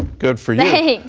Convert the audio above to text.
good for you. thanks.